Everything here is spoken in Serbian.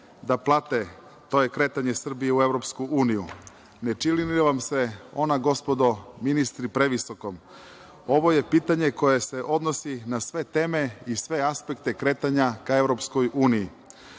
da plate, to je kretanje Srbije u EU. Ne čini li vam se ona, gospodo ministri, previsokom? Ovo je pitanje koje se odnosi na sve teme i sve aspekte kretanja ka EU.